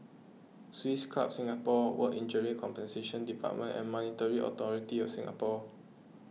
Swiss Club Singapore Work Injury Compensation Department and Monetary Authority of Singapore